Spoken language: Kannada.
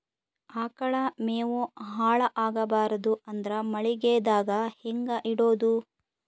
ಆಕಳ ಮೆವೊ ಹಾಳ ಆಗಬಾರದು ಅಂದ್ರ ಮಳಿಗೆದಾಗ ಹೆಂಗ ಇಡೊದೊ?